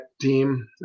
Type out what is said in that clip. team